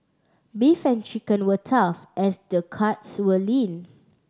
beef and chicken were tough as the cuts were lean